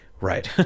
Right